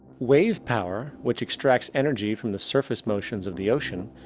wave power, which extracts energy from the surface motions of the ocean,